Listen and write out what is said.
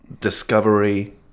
discovery